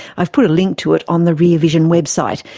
i've put a link to it on the rear vision website,